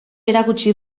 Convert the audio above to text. erakutsi